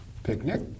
picnic